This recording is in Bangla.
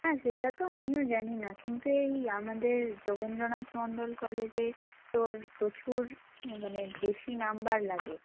হ্যাঁ সেটা তো আমিও জানি না কিন্তু এই আমাদের যোগেন্দ্রনাথ মন্ডল কলেজে তোর প্রচুর মানে বেশি নম্বর লাগে